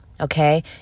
Okay